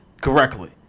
Correctly